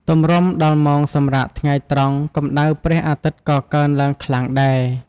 ទម្រាំដល់ម៉ោងសម្រាកថ្ងៃត្រង់ កម្ដៅព្រះអាទិត្យក៏កើនឡើងខ្លាំងដែរ។